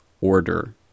order